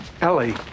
Ellie